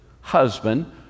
husband